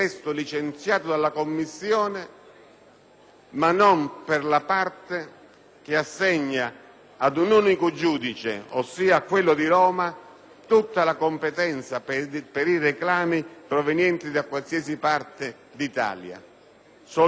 se non per la parte che assegna ad un unico giudice, ossia a quello di Roma, tutta la competenza per i reclami provenienti da qualsiasi parte d'Italia. Sollecito, quindi, una riflessione